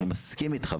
אני מסכים איתך,